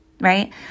right